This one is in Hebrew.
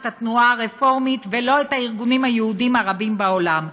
לא את התנועה הרפורמית ולא את הארגונים היהודיים הרבים בעולם.